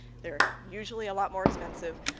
they're usually a lot more expensive.